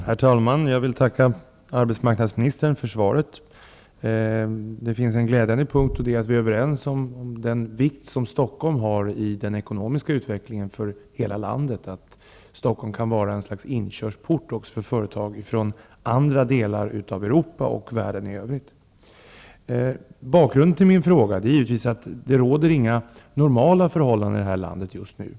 Herr talman! Jag vill tacka arbetsmarknadsministern för svaret. Det finns en glädjande punkt i det, och det är att vi är överens om den vikt som Stockholm har i den ekonomiska utvecklingen för hela landet, att Stockholm kan vara ett slags inkörsport också för företag från andra delar av Europa och världen i övrigt. Bakgrunden till min fråga är givetvis att det inte råder normala förhållanden i landet just nu.